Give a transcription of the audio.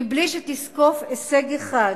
מבלי שתזקוף הישג אחד.